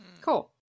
Cool